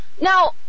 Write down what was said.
Now